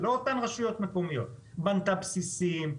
לא אותן רשויות מקומיות בנתה בסיסים,